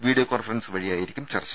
video conference വഴിയായിരിക്കും ചർച്ച